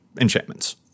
enchantments